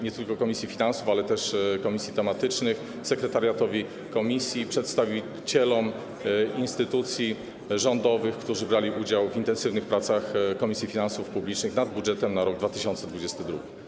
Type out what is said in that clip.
Nie tylko komisji finansów, ale też komisji tematycznych, sekretariatowi komisji, przedstawicielom instytucji rządowych, którzy brali udział w intensywnych pracach Komisji Finansów Publicznych nad budżetem na rok 2022.